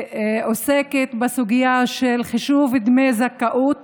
עוסקת בסוגיה של חישוב דמי זכאות